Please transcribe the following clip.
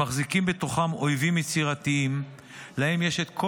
הם מחזיקים בתוכם אויבים יצירתיים שיש להם את כל